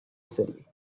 city